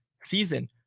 season